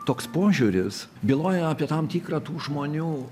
toks požiūris byloja apie tam tikrą tų žmonių